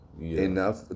Enough